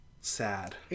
sad